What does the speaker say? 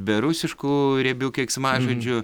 be rusiškų riebių keiksmažodžių